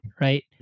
right